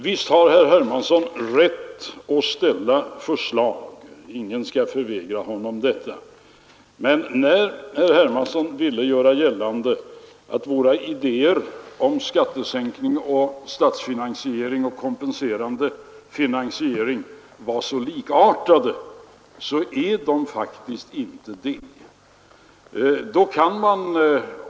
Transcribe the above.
Visst har herr Hermansson rätt att framställa förslag — ingen skall förvägra honom detta. Men när herr Hermansson vill göra gällande att våra idéer om skattesänkning, statsfinansiering och kompenserande finansiering var så likartade, har han faktiskt fel.